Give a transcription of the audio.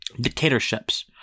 dictatorships